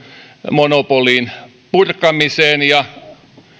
monopolin purkamiseen ja